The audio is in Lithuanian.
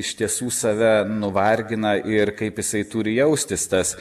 iš tiesų save nuvargina ir kaip jisai turi jaustis tas